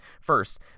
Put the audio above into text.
First